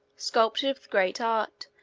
sculptured with great art,